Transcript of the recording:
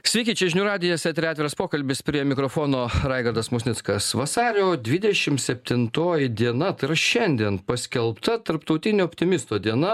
sveiki čia žinių radijas eteryje atviras pokalbis prie mikrofono raigardas musnickas vasario dvidešimt septintoji diena tai yra šiandien paskelbta tarptautinio optimisto diena